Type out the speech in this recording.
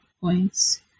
points